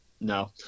No